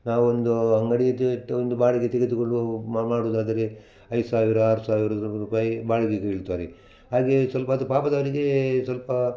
ನಾವೊಂದು ಅಂಗಡಿ ಒಂದು ಬಾಡಿಗೆ ತೆಗೆದುಕೊಂಡು ಮಾಡಿ ಮಾಡುವುದಾದರೆ ಐದು ಸಾವಿರ ಆರು ಸಾವಿರ ರೂಪಾಯಿ ಬಾಡಿಗೆ ಕೀಳ್ತಾರೆ ಹಾಗೆಯೇ ಸ್ವಲ್ಪ ಅದು ಪಾಪದವರಿಗೆ ಸ್ವಲ್ಪ